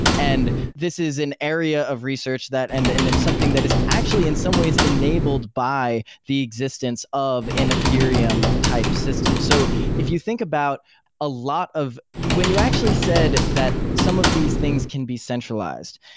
and this is an area of research that and and something that is actually in some ways enabled by the existence of an ethereum type system. so if you think about a lot of when you actually said that some of these things can be centralized,